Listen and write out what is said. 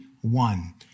one